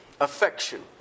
affection